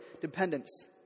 dependence